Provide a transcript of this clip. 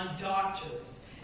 doctors